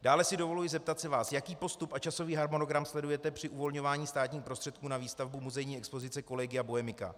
Dále si dovoluji zeptat se vás, jaký postup a časový harmonogram sledujete při uvolňování státních prostředků na výstavbu muzejní expozice Collegia Bohemica.